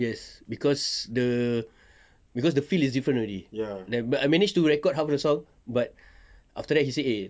yes cause the cause the feel is different already but I manage to record half the song but after that he said eh